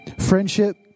Friendship